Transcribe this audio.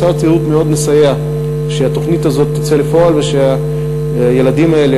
משרד התיירות מאוד מסייע שהתוכנית הזאת תצא לפועל ושהילדים האלה